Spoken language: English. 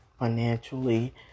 financially